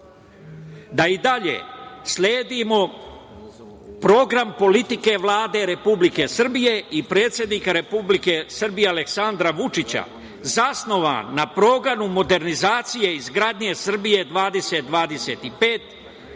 da i dalje sledimo program politike Vlade Republike Srbije, i predsednika Republike Srbije, Aleksandra Vučića, zasnovan na programu modernizacije izgradnje „Srbije 2025“,